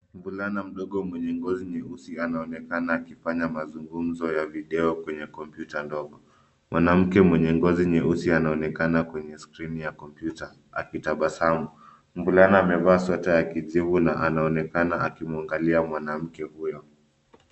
Mvulana mdogo mwenye ngozi nyeusi anaonekana akifanya mazungumzo ya video kwenye kompyuta ndogo. Mwanamke mwenye ngozi nyeusi anaonekana kwenye skrini ya kompyuta akitabasamu. Mvulana amevaa sweta ya kijivu na anaonekana akimwangalia mwanamke huyo.